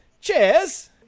Cheers